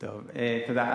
טוב, תודה.